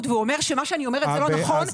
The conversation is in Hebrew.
והוא אומר שמה שאני אומרת זה לא נכון.